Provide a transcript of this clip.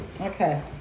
Okay